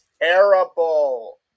terrible